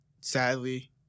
sadly